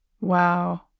Wow